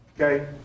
Okay